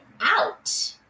out